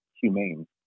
humane